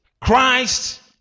christ